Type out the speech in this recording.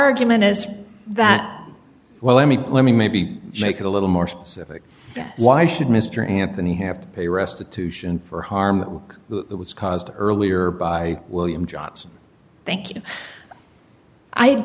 argument is that well i mean let me maybe make it a little more specific why should mr anthony have to pay restitution for harm that was caused earlier by william johnson thank you i